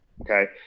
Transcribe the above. Okay